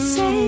Say